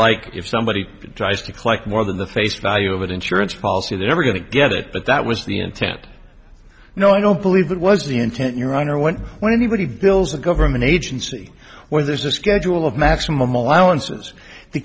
like if somebody tries to collect more than the face value of an insurance policy they're ever going to get it but that was the intent no i don't believe that was the intent your honor when when anybody bills a government agency where there's a schedule of maximum allowances the